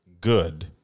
good